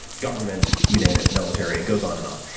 government, you name it, military, it goes on and on.